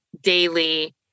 daily